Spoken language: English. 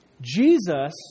Jesus